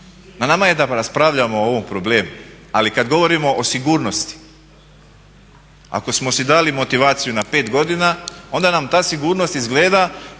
Na nama je da raspravljamo o ovom problemu ali kada govorimo o sigurnosti, ako smo si dali motivaciju na 5 godina onda nam ta sigurnost izgleda